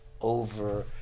over